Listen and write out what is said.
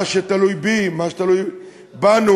מה שתלוי בי, מה שתלוי בנו,